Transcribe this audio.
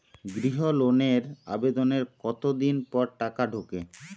গৃহ লোনের আবেদনের কতদিন পর টাকা ঢোকে?